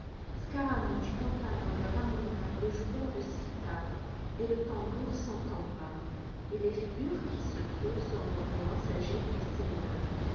scaramouche pantalon le ramoneur le joueur de cythare et le tambour sont en bas et les figures qui se trouvent sur mon rayon s'agitent et